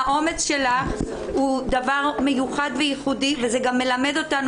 האומץ שלך הוא דבר מיוחד וייחודי וזה גם מלמד אותנו